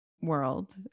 world